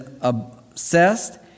obsessed